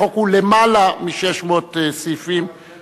החוק הוא למעלה מ-600 סעיפים,